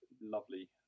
lovely